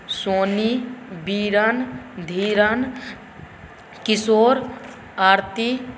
Soni Biran Dhiran Kishore Aarti